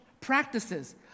Practices